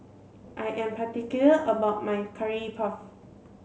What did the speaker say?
I am particular about my curry puff